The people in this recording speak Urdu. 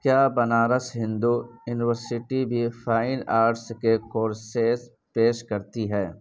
کیا بنارس ہندو یونیورسٹی بھی فائن آرٹس کے کورسز پیش کرتی ہے